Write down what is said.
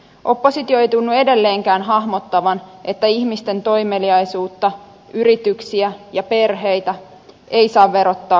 oppositio ei tunnu edelleenkään hahmottavan että ihmisten toimeliaisuutta yrityksiä ja perheitä ei saa verottaa kuoliaaksi